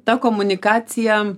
ta komunikacija